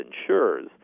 insurers